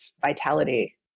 vitality